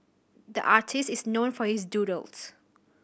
the artist is known for his doodles